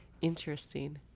Interesting